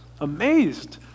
amazed